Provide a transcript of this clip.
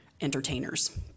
entertainers